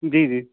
जी जी